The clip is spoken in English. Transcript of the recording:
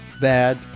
bad